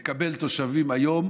לא שווה להם לקבל תושבים היום.